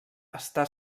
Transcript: està